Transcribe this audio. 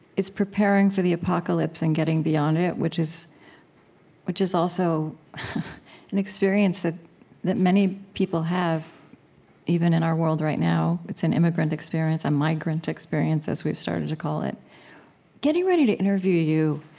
it's preparing for the apocalypse and getting beyond it, which is which is also an experience that that many people have even in our world right now it's an immigrant experience, a migrant experience, as we've started to call it getting ready to interview you